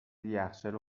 یخچال